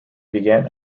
began